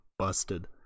Busted